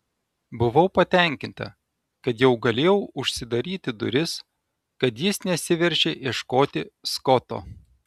buvau patenkinta kad jau galėjau užsidaryti duris kad jis nesiveržė ieškoti skoto